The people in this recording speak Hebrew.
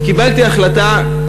וקיבלתי החלטה,